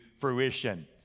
fruition